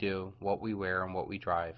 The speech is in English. do what we wear and what we drive